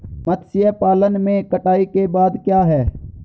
मत्स्य पालन में कटाई के बाद क्या है?